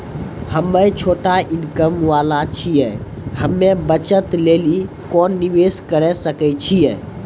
हम्मय छोटा इनकम वाला छियै, हम्मय बचत लेली कोंन निवेश करें सकय छियै?